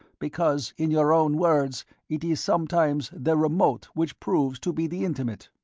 because in your own words it is sometimes the remote which proves to be the intimate.